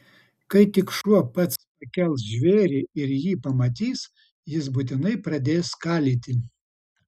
kai tik šuo pats pakels žvėrį ir jį pamatys jis būtinai pradės skalyti